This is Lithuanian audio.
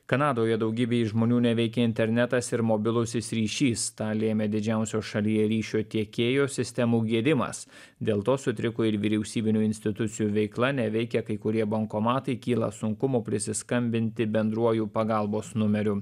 kanadoje daugybei žmonių neveikia internetas ir mobilusis ryšys tą lėmė didžiausio šalyje ryšio tiekėjo sistemų gedimas dėl to sutriko ir vyriausybinių institucijų veikla neveikia kai kurie bankomatai kyla sunkumų prisiskambinti bendruoju pagalbos numeriu